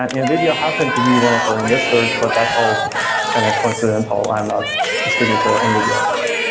and nvidia happen to be one of our investors, but that's all kind of coincidental, i'm not speaking for nvidia or anything.